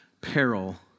peril